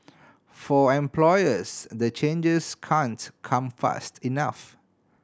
for employers the changes can't come fast enough